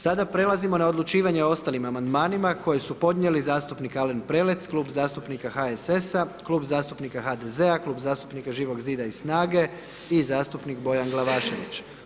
Sada prelazimo na odlučivanje o ostalim amandmanima koji su podnijeli zastupnik Alen Prelec, Klub zastupnika HSS-a, Klub zastupnika HDZ-a, Klub zastupnika Živog zida i SNAGA-e i zastupnik Bojan Glavašević.